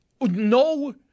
No